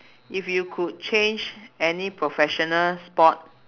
if you could change any professional sport